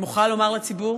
אני מוכרחה לומר לציבור,